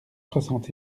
soixante